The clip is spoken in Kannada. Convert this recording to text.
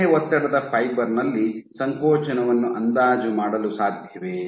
ಒಂದೇ ಒತ್ತಡದ ಫೈಬರ್ ನಲ್ಲಿ ಸಂಕೋಚನವನ್ನು ಅಂದಾಜು ಮಾಡಲು ಸಾಧ್ಯವೇ